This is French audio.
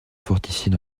fortifier